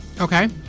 Okay